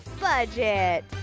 budget